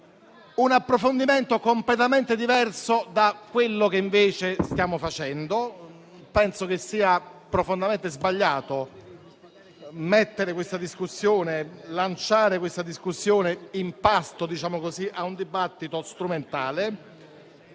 un approfondimento completamente diverso da quello che invece stiamo facendo. Penso sia profondamente sbagliato lanciare questa discussione in pasto a un dibattito strumentale,